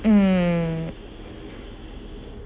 mm